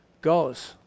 goes